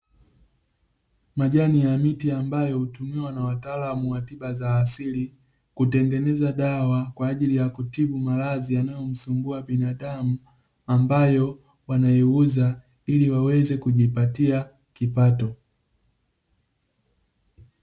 Majani ya miti ambayo hutumiwa na wataalamu wa tiba za asili kutengeneza dawa kwa ajili ya kutibu maradhi yanayomsumbua binadamu, ambayo wanaiuza ili waweze kujipatia kipato.